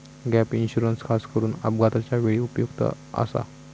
gap insurance खासकरून अपघाताच्या वेळी उपयुक्त आसा